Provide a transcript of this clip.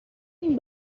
این